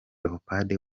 leopold